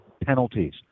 penalties